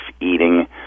eating